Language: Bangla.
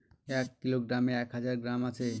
এক কিলোগ্রামে এক হাজার গ্রাম আছে